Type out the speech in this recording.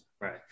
Right